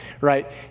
right